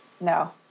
No